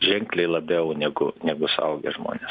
ženkliai labiau negu negu suaugę žmonės